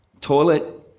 toilet